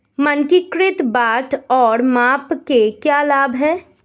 मानकीकृत बाट और माप के क्या लाभ हैं?